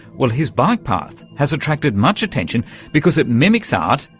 well, his bike path has attracted much attention because it mimics art,